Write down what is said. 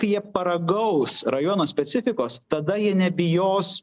kai jie paragaus rajono specifikos tada jie nebijos